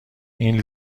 این